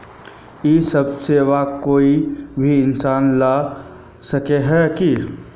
इ सब सेवा कोई भी इंसान ला सके है की?